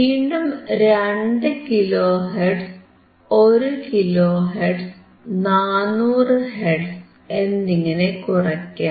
വീണ്ടും 2 kilo hertz 1 kilo hertz 400 hertz എന്നിങ്ങനെ കുറയ്ക്കാം